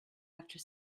after